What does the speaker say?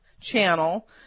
channel